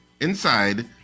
inside